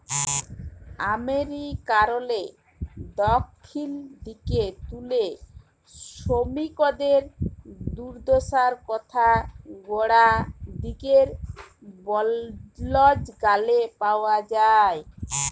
আমেরিকারলে দখ্খিল দিগে তুলে সমিকদের দুদ্দশার কথা গড়া দিগের বল্জ গালে পাউয়া যায়